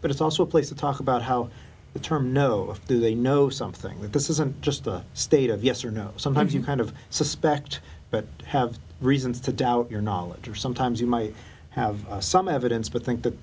but it's also a place to talk about how the term know do they know something that this isn't just a state of yes or no sometimes you kind of suspect but i have reasons to doubt your knowledge or sometimes you might have some evidence but think that